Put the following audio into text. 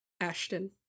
Ashton